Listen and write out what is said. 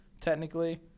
technically